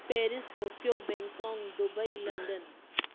Paris Tokyo Bangkok Dubai London